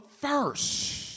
first